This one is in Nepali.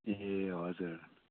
ए हजुर